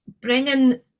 bringing